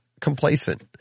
complacent